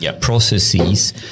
processes